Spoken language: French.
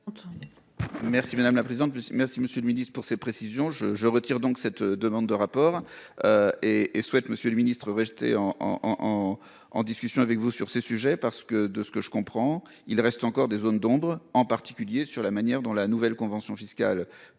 Merci madame la présidente. Merci Monsieur le Ministre, pour ces précisions. Je retire donc cette demande de rapport. Et et souhaite Monsieur le Ministre, en en en. En discussion avec vous sur ces sujets parce que de ce que je comprends. Il reste encore des zones d'ombre en particulier sur la manière dont la nouvelle convention fiscale.